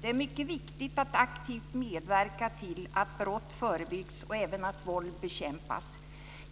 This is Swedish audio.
Det är mycket viktigt att aktivt medverka till att brott förebyggs och även att våld bekämpas.